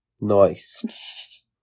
Nice